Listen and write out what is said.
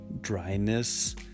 dryness